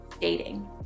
dating